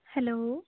hello